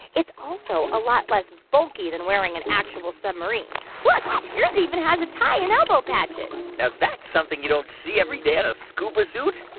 it's also a lot less bulky than wearing an actual submarine. look your's even has a tie and elbow patches now, that's something you don't see every day on a scuba suit